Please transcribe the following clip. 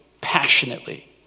passionately